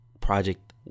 project